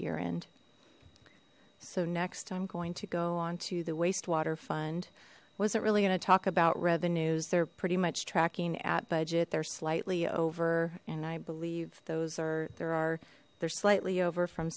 year end so next i'm going to go on to the wastewater fund wasn't really going to talk about revenues they're pretty much tracking at budget they're slightly over and i believe those are there are they're slightly over from